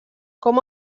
com